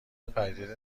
پدیده